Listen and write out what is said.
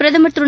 பிரதமர் திரு